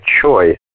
choice